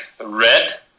red